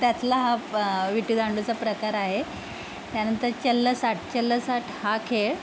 त्यातला हा प विटी दांडूचा प्रकार आहे त्यानंतर चल्लस आट चल्लस आट हा खेळ